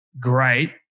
great